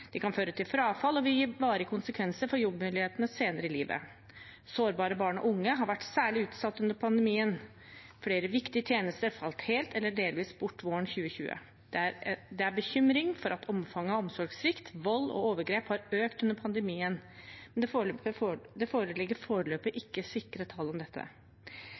kan føre til frafall og gi varige konsekvenser for jobbmulighetene senere i livet. Sårbare barn og unge har vært særlig utsatt under pandemien. Flere viktige tjenester falt helt eller delvis bort våren 2020. Det er bekymring for at omfanget av omsorgssvikt, vold og overgrep har økt under pandemien, men det foreligger foreløpig ikke sikre tall om dette.